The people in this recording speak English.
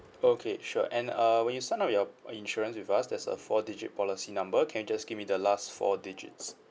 okay sure and uh when you sign up your insurance with us there's a four digit policy number can you just give me the last four digits